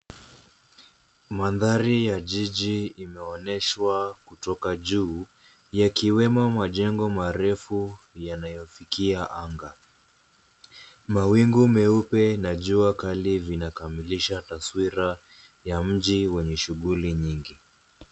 Mandhari ya jiji imeonyeshwa kutoka juu yakiwemo majengo marefu yanayofikia anga. Mawingu meupe na jua kali vinakamilisha taswira ya mji wenye shughuli nyingi.